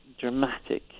dramatic